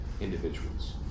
individuals